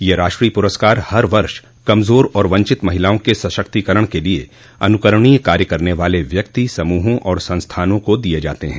ये राष्ट्रीय प्रस्कार हर वर्ष कमजोर और वंचित महिलाओं के सशक्तीकरण के लिए अनुकरणीय कार्य करने वाले व्यक्ति समूहों और संस्थानों को दिये जाते हैं